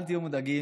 אל תהיו מודאגים,